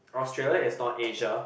Australia is not Asia